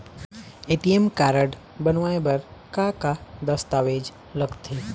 ATM card बनवाए बर का का दस्तावेज लगथे?